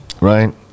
right